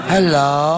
Hello